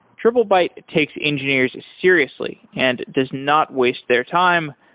triplebyte takes engineers seriously and does not waste their time,